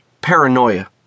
Paranoia